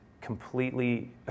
completely